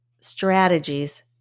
strategies